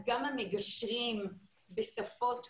גם המגשרים בשפות הוצאו,